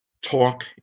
talk